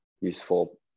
useful